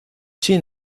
sin